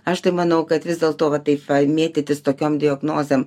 aš tai manau kad vis dėlto va taip va mėtytis tokiom diagnozėm